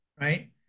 Right